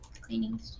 cleaning